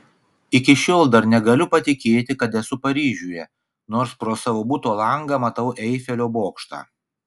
iki šiol dar negaliu patikėti kad esu paryžiuje nors pro savo buto langą matau eifelio bokštą